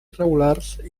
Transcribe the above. irregulars